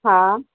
हा